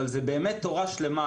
אבל זה באמת תורה שלמה,